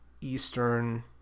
Eastern